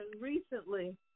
recently